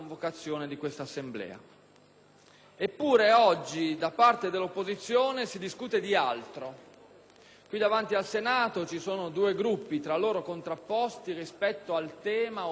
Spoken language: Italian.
quest'Assemblea, l'opposizione discute di altro. Qui al Senato ci sono due Gruppi, tra loro contrapposti, rispetto al tema oggetto di questo disegno di legge,